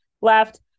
left